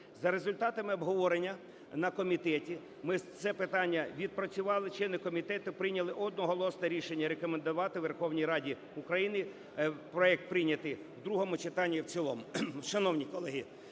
За результатами обговорення на комітеті ми це питання відпрацювали члени комітету, прийняли одноголосне рішення рекомендувати Верховній Раді України проект прийняти в другому читанні і в цілому.